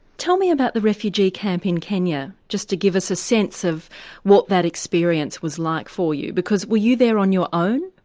tell me about the refugee camp in kenya, just to give us a sense of what that experience was like for you, because, were you there on your own?